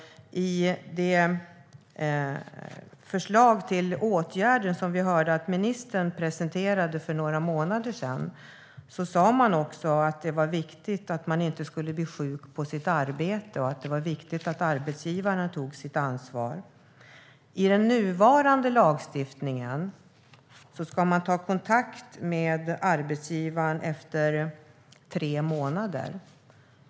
I det förslag till åtgärder som vi hörde ministern presentera för några månader sedan sa hon också att det var viktigt att människor inte skulle bli sjuka på sitt arbete och att det var viktigt att arbetsgivarna tog sitt ansvar. Med nuvarande lagstiftning ska man ta kontakt med arbetsgivaren efter tre månader.